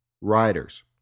riders